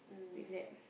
with them